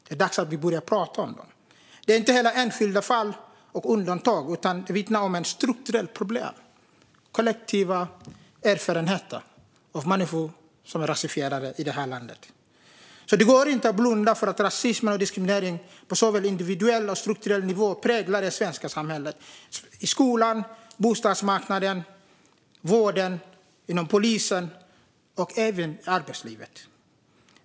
Det är inte heller fråga om enskilda fall och undantag, utan de vittnar om ett strukturellt problem. Det är kollektiva erfarenheter av människor som är rasifierade i det här landet. Det går inte att blunda för att rasism och diskriminering på såväl individuell som strukturell nivå präglar det svenska samhället: i skolan, på bostadsmarknaden, i vården, inom polisen och även i arbetslivet.